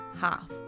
half